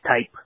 type